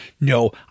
no